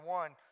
one